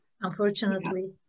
Unfortunately